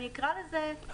אני אקרא לזה נוחה.